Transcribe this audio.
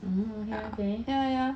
um okay okay